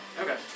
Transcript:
Okay